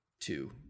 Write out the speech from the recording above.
two